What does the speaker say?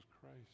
Christ